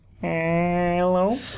Hello